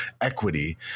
equity